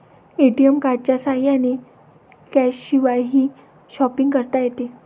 ATM कार्डच्या साह्याने कॅशशिवायही शॉपिंग करता येते